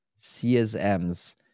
CSMs